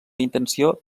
intenció